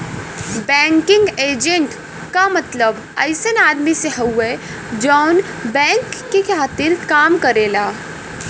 banking agent क मतलब अइसन आदमी से हउवे जौन बैंक के खातिर काम करेला